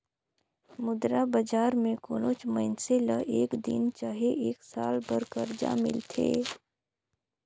मुद्रा बजार में कोनोच मइनसे ल एक दिन चहे एक साल बर करजा मिलथे